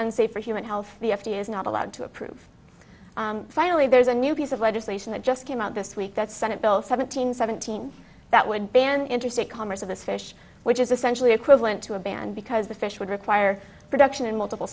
unsafe for human health the f d a is not allowed to approve finally there's a new piece of legislation that just came out this week that senate bill seventeen seventeen that would ban interstate commerce of this fish which is essentially equivalent to a ban because the fish would require production in multiple